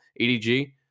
edg